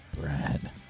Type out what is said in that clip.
Brad